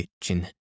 kitchen